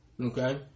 Okay